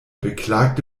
beklagte